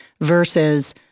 versus